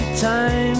Time